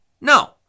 No